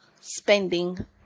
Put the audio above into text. spending